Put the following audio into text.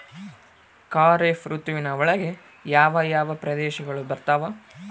ಖಾರೇಫ್ ಋತುವಿನ ಒಳಗೆ ಯಾವ ಯಾವ ಪ್ರದೇಶಗಳು ಬರ್ತಾವ?